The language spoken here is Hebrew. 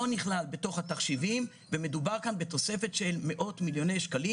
לא נכלל בתוך התחשיבים ומדובר כאן בתוספת של מאות מיליוני שקלים.